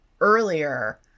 earlier